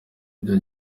ibyo